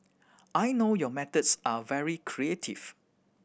I know your methods are very creative